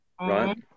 Right